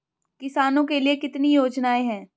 किसानों के लिए कितनी योजनाएं हैं?